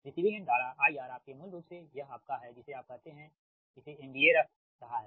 receiving end धारा IR आपके मूल रूप से यह आपका है जिसे आप कहते हैं इसे MVA रख रहा है